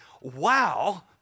wow